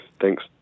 Thanks